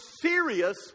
serious